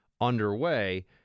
underway